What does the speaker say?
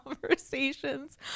conversations